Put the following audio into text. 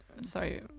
sorry